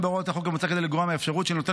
אין בהוראות החוק המוצע כדי לגרוע מהאפשרות של נותן